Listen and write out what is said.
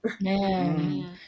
Man